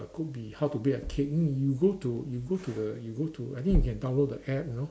go be how to bake a cake you go to you go to the you go to I think you can download the app you know